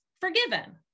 forgiven